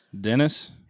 Dennis